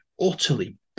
utterly